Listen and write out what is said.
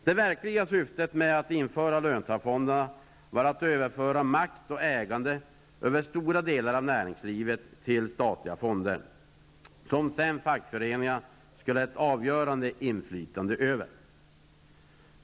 Det verkliga syftet med att införa löntagarfonderna var att överföra makt och ägande över stora delar av näringslivet till statliga fonder som fackföreningarna skulle ha ett avgörande inflytande över.